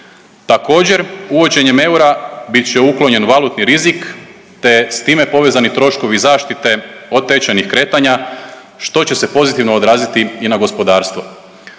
Također uvođenjem eura bit će uklonjen valutni rizik, te s time povezani troškovi zaštite od tečajnih kretanja što će se pozitivno odraziti i na gospodarstvo.